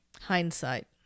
Hindsight